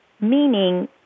meaning